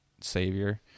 savior